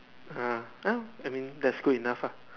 I mean that is good enough lah